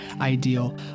ideal